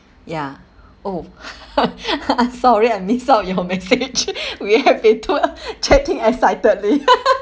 ya oh sorry I missed out your message we have been too chatting excitedly